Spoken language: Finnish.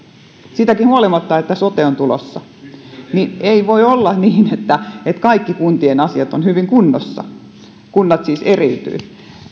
siitäkin huolimatta että sote on tulossa eli ei voi olla niin että kaikki kuntien asiat ovat kunnossa kunnat siis eriytyvät